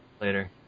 Later